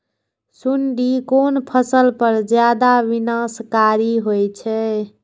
सुंडी कोन फसल पर ज्यादा विनाशकारी होई छै?